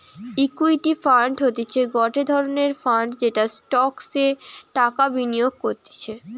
equity fund হতিছে গটে ধরণের ফান্ড যেটা স্টকসে টাকা বিনিয়োগ করতিছে